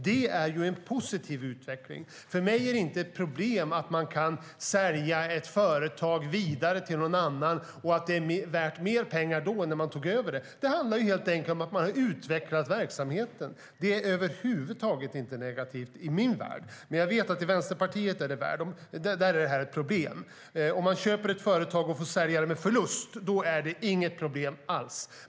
Det är en positiv utveckling. Jag vet dock att det är ett problem i Vänsterpartiet. Köper någon ett företag och får sälja det med förlust är det inget problem alls.